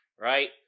right